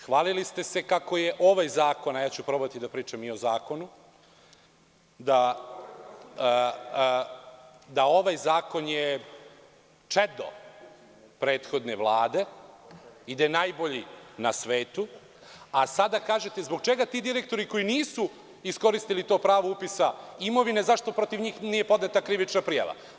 Hvalili ste se kako je ovaj zakon, a ja ću probati da pričam i o zakonu, čedo prethodne Vlade i da je najbolji na svetu, a sada kažete zbog čega ti direktori, koji nisu iskoristili to pravo upisa imovine, zašto protiv njih nije podneta krivična prijava.